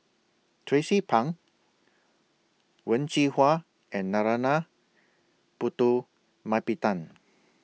Tracie Pang Wen Jinhua and Narana Putumaippittan